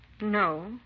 No